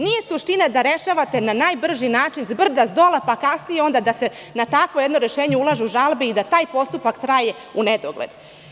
Nije suština da rešavate na najbrži način, s brda dola, pa kasnije da se na takvo rešenje ulažu žalbe i da taj postupak traje u nedogled.